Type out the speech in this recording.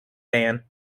band